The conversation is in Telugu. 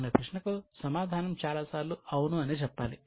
అనే ప్రశ్నకు సమాధానం చాలాసార్లు అవును అనే చెప్పాలి